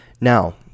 Now